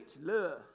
Love